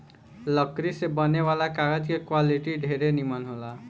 लकड़ी से बने वाला कागज के क्वालिटी ढेरे निमन होला